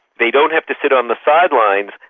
they don't have to sit on the sidelines,